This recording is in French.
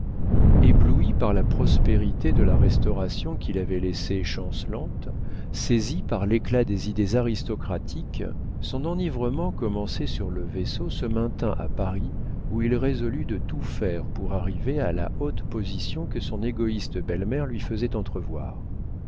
ébloui par la prospérité de la restauration qu'il avait laissée chancelante saisi par l'éclat des idées aristocratiques son enivrement commencé sur le vaisseau se maintint à paris où il résolut de tout faire pour arriver à la haute position que son égoïste belle-mère lui faisait